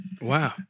Wow